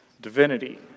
divinity